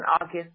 August